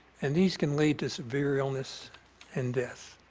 and these can lead to severe illness and death.